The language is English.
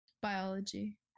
Biology